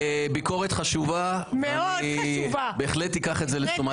ביקורת חשובה, ואני בהחלט אקח את זה לתשומת ליבי.